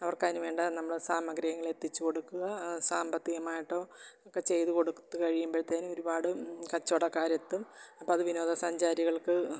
അവര്ക്ക് അതിന് വേണ്ട നമ്മൾ സാമഗ്രികൾ എത്തിച്ച് കൊടുക്കുക സാമ്പത്തികമായിട്ടോ ഒക്കെ ചെയ്ത് കൊടുത്ത് കഴിയുമ്പോഴത്തേന് ഒരുപാട് കച്ചവടക്കാരെത്തും അപ്പം അത് വിനോദസഞ്ചാരികള്ക്ക്